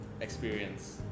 experience